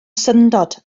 syndod